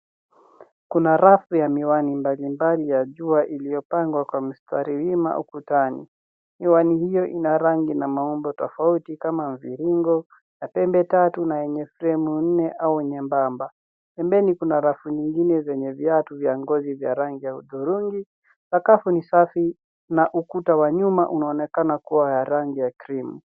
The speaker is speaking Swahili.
Kuna rafu ya miwani mbalimbali ya jua iliyopangwa kwa mistari wima ukutani. Miwani hiyo ina rangi na maumbo tofauti kama mviringo, ya pembe tatu na yenye fremu nne nyembama. Pembeni kuna rafu nyingine zenye viatu vya ngozi za rangi ya hudhurungi. Sakafu ni safi na ukuta wa nyuma unaonekana kuwa ya rangi ya cream .